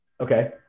Okay